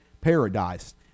paradise